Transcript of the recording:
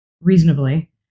reasonably